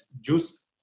juice